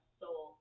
soul